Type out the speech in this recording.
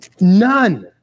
None